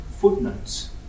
footnotes